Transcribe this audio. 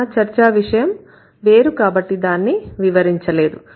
మన చర్చావిషయం వేరు కాబట్టి దాన్ని వివరించలేదు